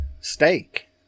steak